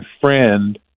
friend